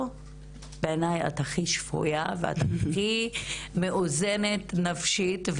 - בעיניי את הכי שפויה והכי מאוזנת נפשית,